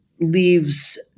leaves